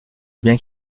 bien